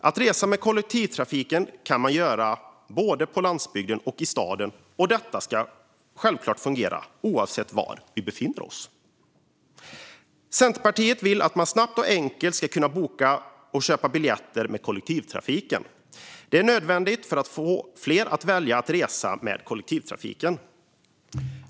Att resa med kollektivtrafiken kan man göra både på landsbygden och i staden, och detta ska självklart fungera oavsett var vi befinner oss. Centerpartiet vill att man snabbt och enkelt ska kunna boka och köpa biljetter till kollektivtrafiken. Det är nödvändigt för att få fler att välja att resa med kollektivtrafiken.